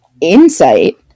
insight